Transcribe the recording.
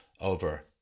over